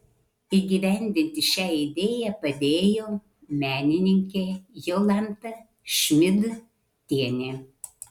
įgyvendinti šią idėją padėjo menininkė jolanta šmidtienė